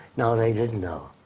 no, they didn't know.